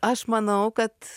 aš manau kad